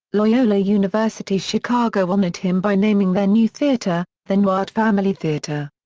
loyola university chicago honored him by naming their new theatre, the newhart family theatre.